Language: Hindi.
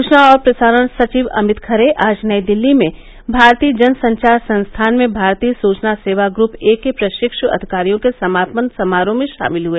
सूचना और प्रसारण सचिव अमित खरे आज नई दिल्ली में भारतीय जन संचार संस्थान में भारतीय सूचना सेवा ग्रुप ए के प्रशिक् अधिकारियों के समापन समारोह में शामिल हुए